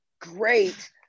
great